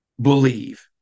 believe